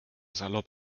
salopp